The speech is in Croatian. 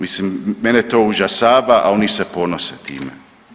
Mislim, mene to užasava, a oni se ponose time.